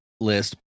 list